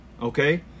Okay